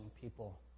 people